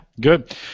good